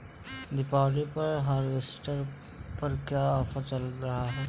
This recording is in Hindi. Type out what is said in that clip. दीपावली पर हार्वेस्टर पर क्या ऑफर चल रहा है?